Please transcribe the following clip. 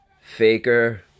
Faker